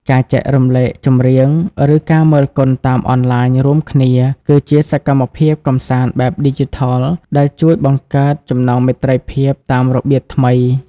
ការចែករំលែកចម្រៀង ឬការមើលកុនតាមអនឡាញរួមគ្នា គឺជាសកម្មភាពកម្សាន្តបែបឌីជីថលដែលជួយបង្កើតចំណងមេត្រីភាពតាមរបៀបថ្មី។